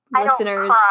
listeners